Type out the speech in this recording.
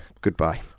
goodbye